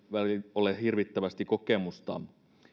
ole hirvittävästi kokemusta